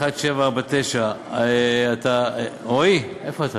ובינוניים) רועי, איפה אתה?